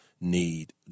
need